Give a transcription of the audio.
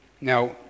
Now